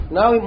now